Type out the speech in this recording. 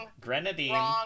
grenadine